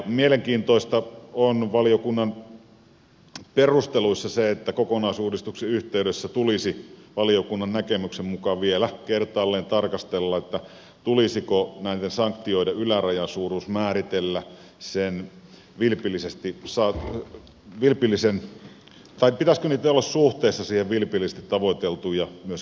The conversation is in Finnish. mielenkiintoista on valiokunnan perusteluissa se että kokonaisuudistuksen yhteydessä tulisi valiokunnan näkemyksen mukaan vielä kertaalleen tarkastella pitäisikö näiden sanktioiden ylärajan suuruus määritellä sen virheellisesti sai suuruuden olla suhteessa vilpillisesti tavoiteltuun ja myöskin saatuun hyötyyn